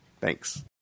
Thanks